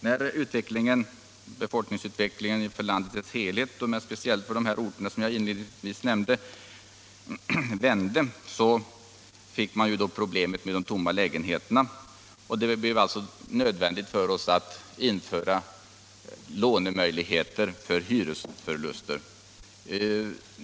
När befolkningsutvecklingen vände för landet i dess helhet men spe ciellt för de orter som jag inledningsvis nämnde fick man så problemet med de tomma lägenheterna. Det blev då nödvändigt att införa lånemöjligheter för hyresförluster.